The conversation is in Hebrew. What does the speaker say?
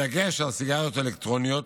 בדגש על סיגריות אלקטרוניות,